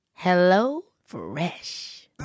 HelloFresh